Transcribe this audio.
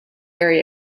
very